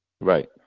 Right